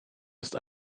ist